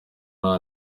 nta